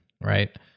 right